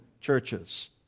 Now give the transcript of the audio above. churches